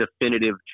definitive